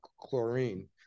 chlorine